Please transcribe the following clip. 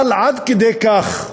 אבל עד כדי כך,